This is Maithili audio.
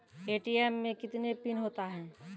ए.टी.एम मे कितने पिन होता हैं?